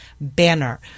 banner